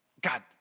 God